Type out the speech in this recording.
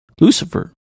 Lucifer